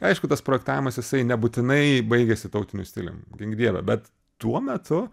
aišku tas projektavimas jisai nebūtinai baigiasi tautiniu stilium gink dieve bet tuo metu